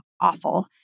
awful